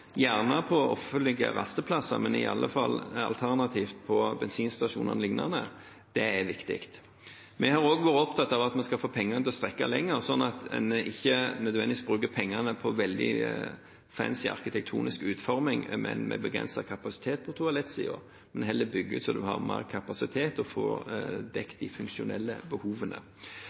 gjerne på offentlige rasteplasser, men i alle fall alternativt på bensinstasjoner o.l., er viktig. Vi har også vært opptatt av at vi skal få pengene til å strekke lenger, slik at en ikke nødvendigvis bruker pengene på veldig fancy arkitektonisk utforming, men med begrenset kapasitet på toalettsiden, men heller bygger ut slik at en har mer kapasitet og får dekket de funksjonelle behovene.